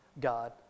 God